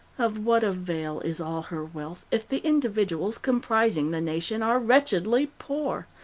of what avail is all her wealth, if the individuals comprising the nation are wretchedly poor?